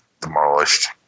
demolished